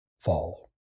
fall